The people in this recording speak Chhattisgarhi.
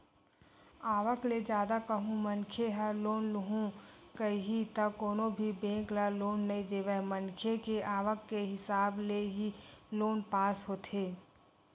आवक ले जादा कहूं मनखे ह लोन लुहूं कइही त कोनो भी बेंक ह लोन नइ देवय मनखे के आवक के हिसाब ले ही लोन पास होथे